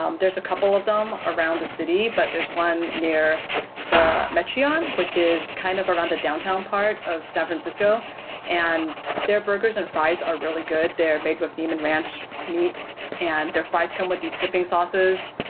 um there's a couple of them around the city but there's one near the mission yeah ah and which is kind of around the downtown part of san francisco and their burgers and fries are really good. they're baked with niman ranch meat and their fries come with these dipping sauces.